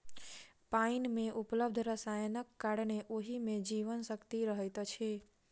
पाइन मे उपलब्ध रसायनक कारणेँ ओहि मे जीवन शक्ति रहैत अछि